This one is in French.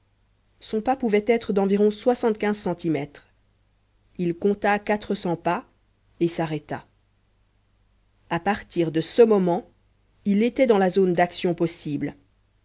son pas pouvait être d'environ soixante-quinze centimètres il compta quatre cents pas et s'arrêta à partir de ce moment il était dans la zone d'action possible